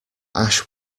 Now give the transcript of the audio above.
ash